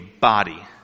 body